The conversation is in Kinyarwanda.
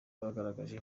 bagaragaje